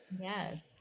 Yes